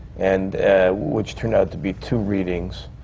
and which turned out to be two readings.